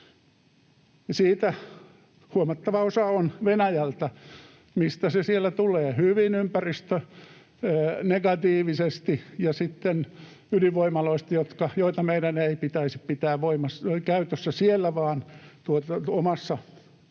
siitä huomattava osa on Venäjältä. Mistä se sieltä tulee: hyvin ympäristönegatiivisesti ja sitten ydinvoimaloista, joita meidän ei pitäisi pitää käytössä siellä, vaan omaan tuotantoon,